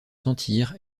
sentir